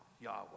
Yahweh